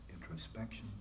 introspection